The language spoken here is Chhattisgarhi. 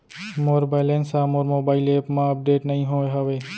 मोर बैलन्स हा मोर मोबाईल एप मा अपडेट नहीं होय हवे